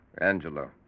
Angelo